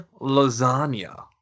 lasagna